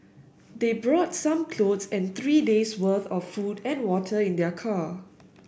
they brought some clothes and three days worth of food and water in their car